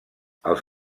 els